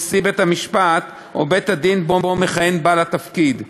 בית-המשפט או בית-הדין שבו בעל התפקיד מכהן.